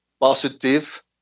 positive